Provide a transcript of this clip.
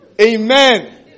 Amen